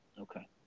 Okay